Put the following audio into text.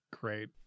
great